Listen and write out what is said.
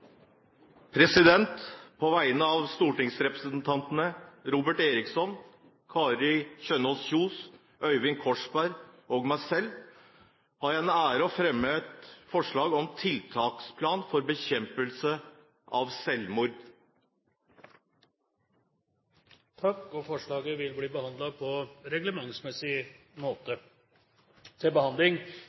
På vegne av stortingsrepresentantene Robert Eriksson, Kari Kjønaas Kjos, Øyvind Korsberg og meg selv har jeg den ære å fremme et representantforslag om tiltaksplan for bekjempelse av selvmord. Forslaget vil bli behandlet på reglementsmessig måte.